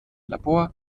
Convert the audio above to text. labor